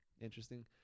interesting